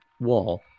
wall